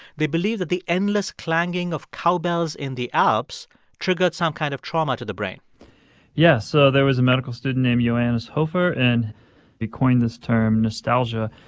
they believed that the endless clanging of cow bells in the alps triggered some kind of trauma to the brain yeah, so there was a medical student named johannes hofer. and he coined this term nostalgia,